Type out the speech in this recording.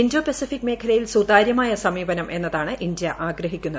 Indo Pacific മേഖലയിൽ സുതാര്യമായ സമീപനം എന്നതാണ് ഇന്ത്യ ആഗ്രഹിക്കുന്നത്